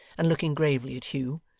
and looking gravely at hugh,